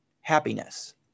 happiness